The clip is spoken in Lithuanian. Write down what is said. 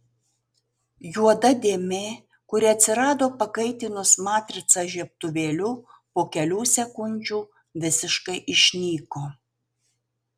juoda dėmė kuri atsirado pakaitinus matricą žiebtuvėliu po kelių sekundžių visiškai išnyko